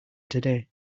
today